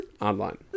online